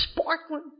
sparkling